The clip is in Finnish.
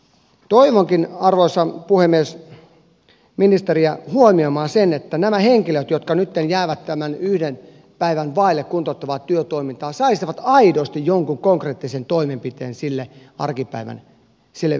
toivonkin arvoisa puhemies ministeriä huomioimaan sen että nämä henkilöt jotka nytten jäävät tämän yhden päivän vaille kuntouttavaa työtoimintaa saisivat aidosti jonkun konkreettisen toimenpiteen sille viikon arkipäivälle